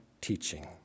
teaching